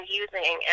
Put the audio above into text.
using